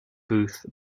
booth